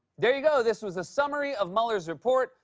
there you go this was a summary of mueller's report.